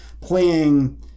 playing